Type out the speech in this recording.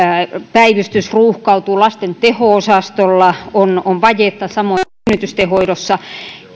päivystys ruuhkautuu lasten teho osastolla on on vajetta samoin synnytysten hoidossa